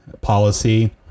policy